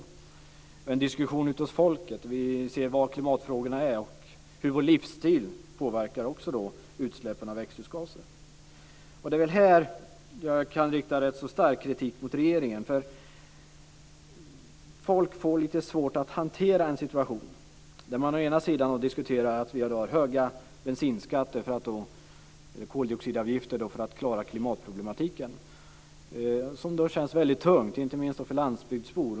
Det måste föras en diskussion bland folket så att vi blir medvetna om klimatfrågorna och hur vår livsstil påverkar utsläppen av växthusgaser. Det är i det här sammanhanget som jag vill rikta stark kritik mot regeringen. Folk har svårt att hantera en sådan här situation. Å ena sidan säger vi att bensinskatterna och koldioxidavgifterna är höga för att vi ska klara klimatproblematiken. Det känns väldigt tungt för landsbygdsbor.